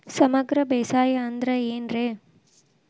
ಸಮಗ್ರ ಬೇಸಾಯ ಅಂದ್ರ ಏನ್ ರೇ?